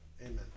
amen